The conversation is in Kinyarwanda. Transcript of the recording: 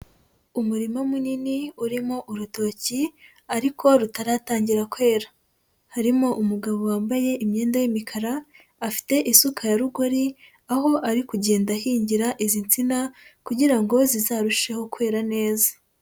Umurima munini urimo urutoki ariko rutaratangira kwera, harimo umugabo wambaye imyenda y'imikara afite isuka ya rugori, aho ari kugenda ahingira izi nsina kugira ngo zizarusheho kwera neza.